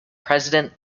president